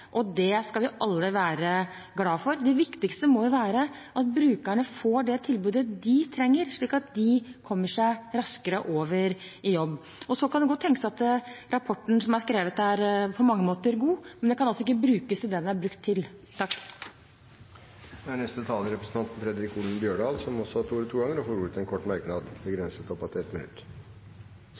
og det skal vi alle være glade for. Det viktigste må jo være at brukerne får det tilbudet de trenger, slik at de kommer seg raskere over i jobb. Så kan det godt tenkes at rapporten som er skrevet, på mange måter er god, men den kan altså ikke brukes til det den er brukt til. Representanten Fredric Holen Bjørdal har hatt ordet to ganger tidligere og får ordet til en kort merknad, begrenset til 1 minutt.